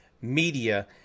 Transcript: Media